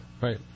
Right